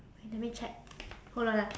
wait let me check hold on ah